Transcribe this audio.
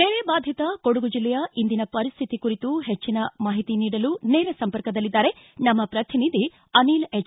ನೆರೆಬಾಧಿತ ಕೊಡಗು ಜಿಲ್ಲೆಯ ಇಂದಿನ ಪರಿಸ್ತಿತಿ ಕುರಿತು ಹೆಚ್ಚಿನ ಮಾಹಿತಿ ನೀಡಲು ನೇರ ಸಂಪರ್ಕಲ್ಲಿದ್ದಾರೆ ನಮ್ನ ಪ್ರತಿನಿಧಿ ಅನಿಲ್ ಎಚ್